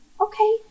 Okay